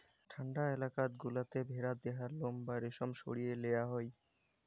ঠান্ডা এলাকাত গুলাতে ভেড়ার দেহার লোম বা রেশম সরিয়ে লেয়া হই